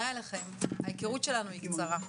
ההיכרות שלנו היא קצרה.